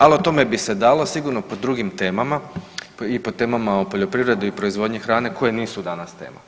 Ali o tome bi se dalo sigurno po drugim temama i po temama o poljoprivredi i proizvodnji hrane koje nisu danas tema.